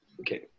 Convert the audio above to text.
Okay